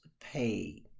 pay